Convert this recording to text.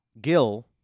Gill